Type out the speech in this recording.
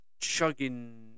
chugging